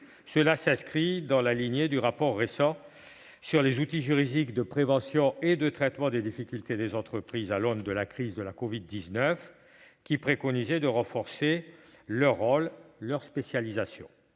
s'inscrit dans la lignée du récent rapport dédié aux outils juridiques de prévention et de traitement des difficultés des entreprises à l'aune de la crise de la covid-19, préconisant de renforcer le rôle et la spécialisation